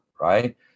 right